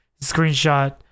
screenshot